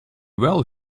well